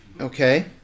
okay